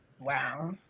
Wow